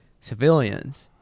civilians